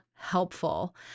helpful